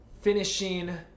finishing